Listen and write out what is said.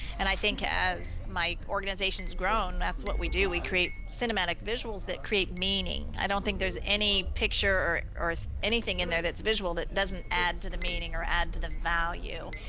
and i think as my organizations grown, that's what we do we create cinematic visuals that create meaning. i don't think there's any picture or anything and that's visual that doesn't add to the meaning, or add to the value.